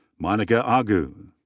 monica agu.